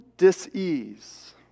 Disease